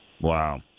Wow